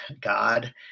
God